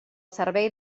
servei